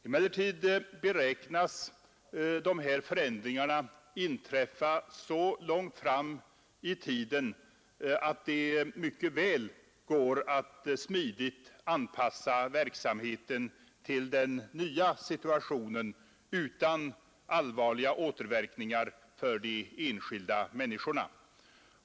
Emellertid beräknas de här förändringarna inträffa så långt fram i tiden att det mycket väl går att smidigt anpassa verksamheten till den nya situationen utan allvarliga återverkningar för de enskilda människorna.